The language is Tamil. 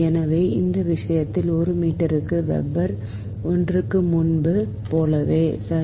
எனவே இந்த விஷயத்தில் ஒரு மீட்டருக்கு வெபர் ஒன்றுக்கு முன்பு போலவே சரி